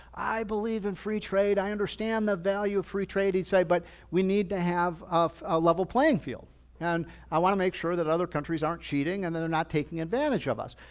i believe in free trade. i understand the value of free trade. he'd say, but we need to have a ah level playing field and i want to make sure that other countries aren't cheating and then they're not taking advantage of us.